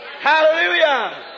Hallelujah